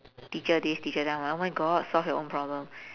teacher this teacher that I'm like oh my god solve your own problem